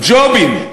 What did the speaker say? ג'ובים.